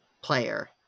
player